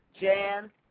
Jan